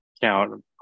count